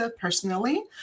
personally